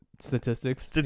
Statistics